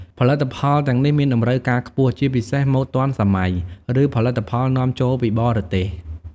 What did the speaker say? ផលិតផលទាំងនេះមានតម្រូវការខ្ពស់ ជាពិសេសម៉ូដទាន់សម័យ ឬផលិតផលនាំចូលពីបរទេស។